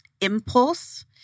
impulse